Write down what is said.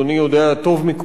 יודע טוב מכולנו,